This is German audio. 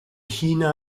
china